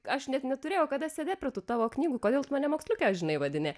aš net neturėjau kada sėdėt prie tų tavo knygų kodėl tu mane moksliuke amžinai vadini